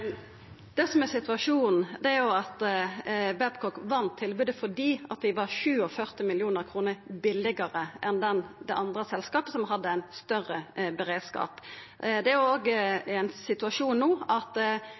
Det som er situasjonen, er at Babcock vant tilbodet fordi dei var 47 mill. kr billigare enn det andre selskapet, som hadde ein større beredskap. Det er òg ein situasjon no at